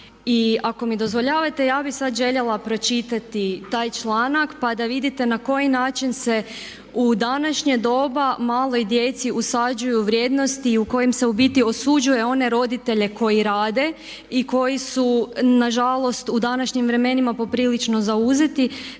ako mi dozvoljavate ja bih sada željela pročitati taj članak pa da vidite na koji način se u današnje doba maloj djeci usađuju vrijednosti i u kojem se u biti osuđuje one roditelje koji rade i koji su nažalost u današnjim vremenima poprilično zauzeti.